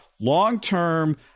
long-term